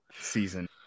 season